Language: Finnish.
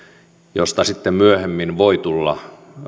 joista sitten myöhemmin voi tulla